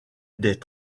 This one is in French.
des